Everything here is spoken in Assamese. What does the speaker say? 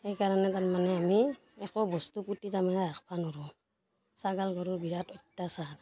সেইকাৰণে তাৰমানে আমি একো বস্তু পুতি তাৰমানে ৰাখবা নৰোঁ ছাগাল গৰুৰ বিৰাট অত্যাচাৰ